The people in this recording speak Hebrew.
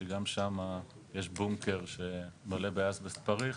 שגם שם יש בונקר שמלא באסבסט פריך,